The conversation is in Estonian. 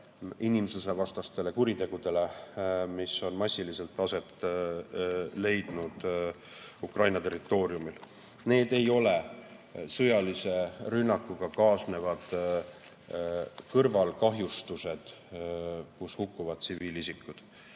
inimsusevastastele kuritegudele, mis on massiliselt aset leidnud Ukraina territooriumil. Need ei ole sõjalise rünnakuga kaasnevad kõrvalkahjustused, kus hukkuvad tsiviilisikud.